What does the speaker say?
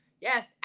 Yes